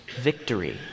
victory